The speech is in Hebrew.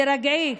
תירגעי.